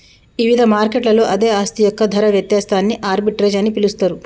ఇవిధ మార్కెట్లలో అదే ఆస్తి యొక్క ధర వ్యత్యాసాన్ని ఆర్బిట్రేజ్ అని పిలుస్తరు